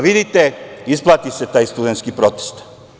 Vidite, isplati se taj studentski protest.